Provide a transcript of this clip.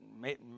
make